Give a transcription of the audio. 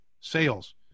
sales